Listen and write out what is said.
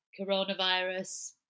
coronavirus